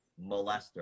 molester